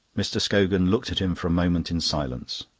mr. scogan looked at him for a moment in silence.